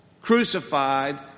crucified